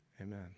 Amen